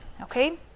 Okay